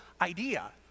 idea